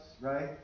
right